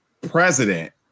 president